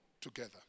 together